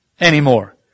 anymore